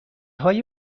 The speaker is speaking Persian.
های